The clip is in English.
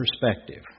perspective